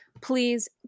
please